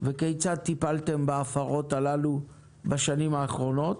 וכיצד טיפלתם בהן בשנים האחרונות?